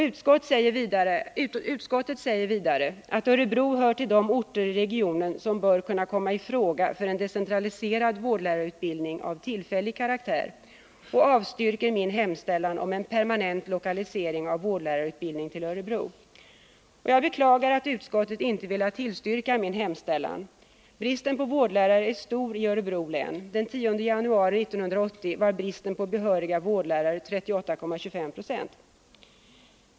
Utskottet säger vidare att Örebro hör till de orter i regionen som bör kunna komma i fråga för en decentraliserad vårdlärarutbildning av tillfällig karaktär, och avstyrker min hemställan om en permanent lokalisering av vårdlärarutbildning till Örebro. Jag beklagar att utskottet inte velat tillstyrka min hemställan. Bristen på vårdlärare är stor i Örebro län — den 10 januari 1980 var bristen på behöriga vårdlärare 38,25 9o.